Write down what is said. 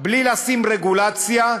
בלי לשים רגולציה,